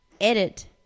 edit